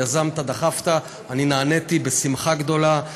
יזמת, דחפת, אני נעניתי בשמחה גדולה.